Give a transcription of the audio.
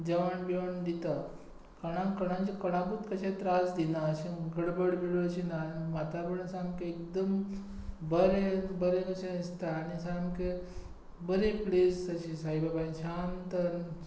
जेवण बिवण दिता कोणाक कोणाकूच कोणाकूच अशे त्रास दिनात अशें गडबड बी अशी ना वातावरण सामकें एकदम बरें कशें दिसता आनी सामकें बरी प्लेस अशी साईबाबाची शांत